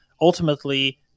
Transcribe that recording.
ultimately